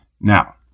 Now